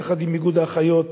יחד עם איגוד האחיות,